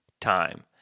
time